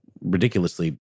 ridiculously